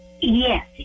Yes